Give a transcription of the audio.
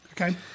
Okay